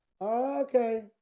Okay